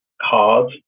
hard